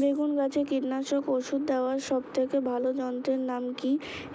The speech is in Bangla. বেগুন গাছে কীটনাশক ওষুধ দেওয়ার সব থেকে ভালো যন্ত্রের নাম কি